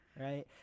Right